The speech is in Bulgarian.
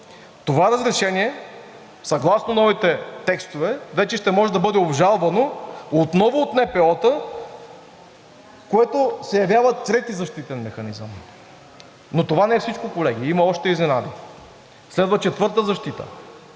Това разрешение съгласно новите текстове вече ще може да бъде обжалвано отново от НПО-та, което се явява трети защитен механизъм. Но това не е всичко, колеги, има още изненади. Следва четвърта защита.